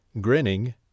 Grinning